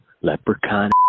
leprechaun